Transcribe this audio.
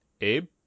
Abe